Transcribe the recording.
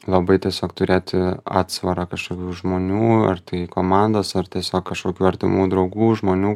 labai tiesiog turėti atsvarą kažkokių žmonių ar tai komandos ar tiesiog kažkokių artimų draugų žmonių